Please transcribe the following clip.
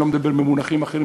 אני לא מדבר במונחים אחרים,